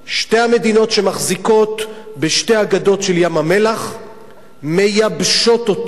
שתי המדינות שמחזיקות בשתי הגדות של ים-המלח מייבשות אותו,